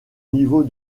niveaux